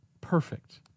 perfect